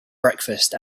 breakfast